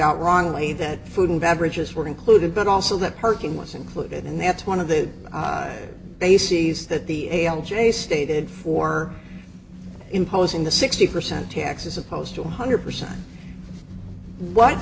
out wrongly that food and beverages were included but also that parking was included and that's one of the bases that the jays stated for imposing the sixty percent taxes opposed to one hundred percent what